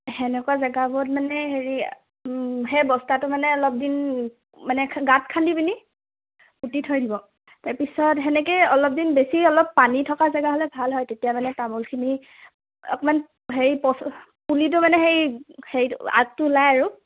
সেনেকুৱা জেগাবোৰত মানে হেৰি সেই বস্তাটো মানে অলপ দিন মানে গাঁত খান্দি পিনি পুতি থৈ দিব তাৰপিছত সেনেকৈয়ে অলপ দিন বেছি অলপ পানী থকা জেগা হ'লে ভাল হয় তেতিয়া মানে তামোলখিনি অকণমান হেৰি পচ পুলিটো মানে হেৰি হেৰিটো আগটো ওলায় আৰু